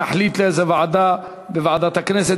נחליט לאיזו ועדה בוועדת הכנסת,